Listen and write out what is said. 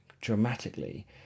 dramatically